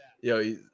Yo